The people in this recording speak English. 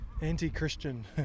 anti-Christian